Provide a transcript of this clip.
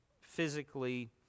physically